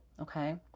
Okay